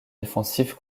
défensif